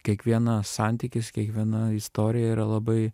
kiekvienas santykis kiekviena istorija yra labai